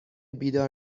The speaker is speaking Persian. بیدار